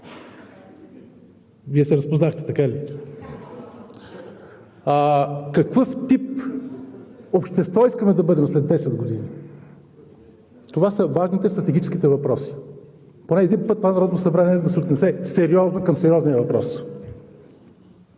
Вие се разпознахте, така ли? Какъв тип общество искаме да бъдем след десет години? Това са важните, стратегическите въпроси. Поне един път това Народно събрание да се отнесе сериозно към сериозни въпроси.